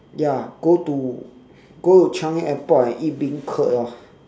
ya go to go to changi airport and eat beancurd lor